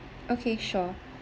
okay sure